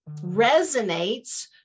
resonates